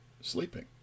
sleeping